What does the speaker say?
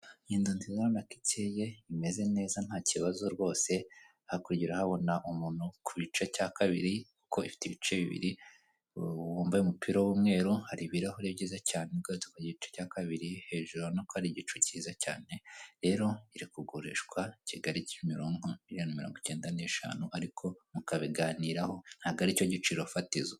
Inzu nziza ubona ko icyeye nta kibazo rwose. Hakurya urahabona ku gice cya kabiri, kuko ifite ibice bibiri , wambaye umupira w'umweru. Har'ibirahure byiza cyane ugarutse ku gice cya kabiri, hejuru urabona ko hari igihu cyiza cyane. Rero iri kugurishwa Kigali Kimironko, miliyoni mirongo icyenda n'eshanu. Ariko mukabiganiraho, ariko ntago aricyo giciro fatizo.